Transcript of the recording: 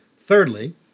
thirdly